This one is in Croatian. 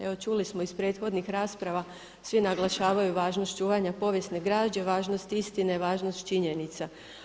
Evo čuli smo iz prethodnih rasprava, svi naglašavaju važnost čuvanja povijesne građe, važnost istine, važnost činjenica.